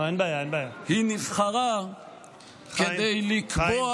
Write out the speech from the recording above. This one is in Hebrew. היא נבחרה כדי לקבוע